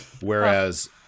Whereas